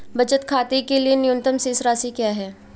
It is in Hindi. बचत खाते के लिए न्यूनतम शेष राशि क्या है?